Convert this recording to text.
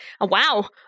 wow